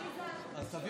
שהייתה קואליציה, תבוא